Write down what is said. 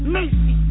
Macy